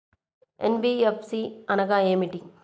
NBFC అనగా ఏమిటీ?